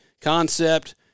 concept